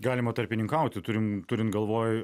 galima tarpininkauti turim turint galvoj